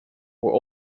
were